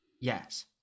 yes